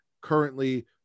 currently